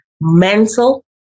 mental